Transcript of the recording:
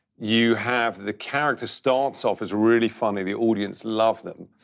you have the character starts off as really funny, the audience love them,